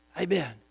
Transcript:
Amen